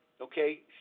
Okay